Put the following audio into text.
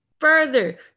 further